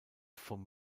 vom